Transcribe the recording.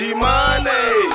money